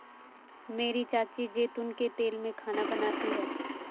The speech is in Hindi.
मेरी चाची जैतून के तेल में खाना बनाती है